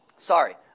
Sorry